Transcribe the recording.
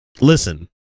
Listen